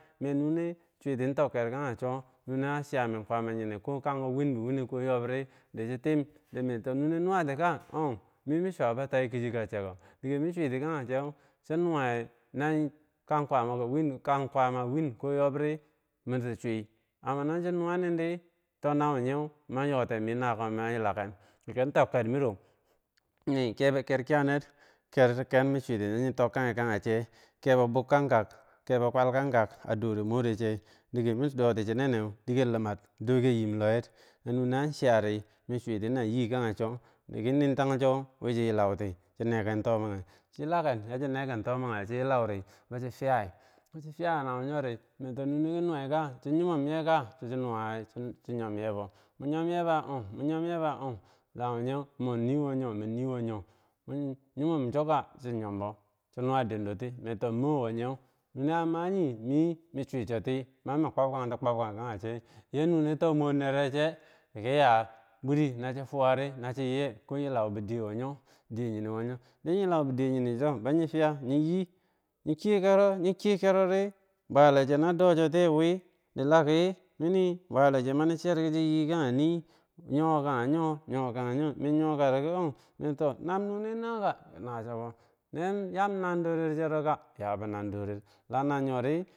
min nune, chiwiti tok- ker khanye cho, nune a chiyamen kwama yinew ko kango win bi winerine ko yob ri dichi tim di min to nune nuwa ti ka o mimi, suwabo tai, kichi ka chekko, miki cha nuwayeh no kag kwama kowin mkang kwaama ko ko koyob ri miti suyi amma no chin nuwanin di, ta na wunyeu man yoten mi nako in yilaken, kin tok kermirow miki kebo ker kiyaner kero ken min swiyi nayi tokka gi kage che, kebo bukkanbga kebo kwalkangag a dore more che, dike min doti chinene diker limer, diker yim luweh, miki nuneh an chiya ri min suti na yi kageso diki nin tang so wi shi yilau ti, cho negen tomage, chin yilagen yachi negen toma geh chin yilau ri, bo chi fiyayeh bo chi fiyah re miki nune ki nui ka, chin yimom yeh ka kichinuwa chi yom yebo, mun yom yeba o mun yom yeba o lana wunyeu min yiwoyo yo min yiwo yoh chin yimom choka, chi yombo chi nur dentoti, to mor wo yor a bwer yi min sur so ti mama kwabkakg ti kwak kage kege cho, yeah nune toh mur nere she diki yeah. buri nashi fweri na chi yi yeh, koyilau bidiwoyoh bidi yineu yo, yilau bidi yiniro shiro bou yi ye yin kiyeh kero ri, bwer leh che do chotiyeh wi laki nini bwaileh che mani chiyer ki chi yi kage yii, yo kage yo yo kage yo, min yo ka, rigi og, nam nuneh naka ki nashobo, biyam nandorer cheroka biyabo nan dorer, lana yori.